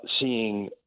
seeing